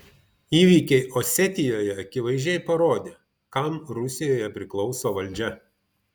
įvykiai osetijoje akivaizdžiai parodė kam rusijoje priklauso valdžia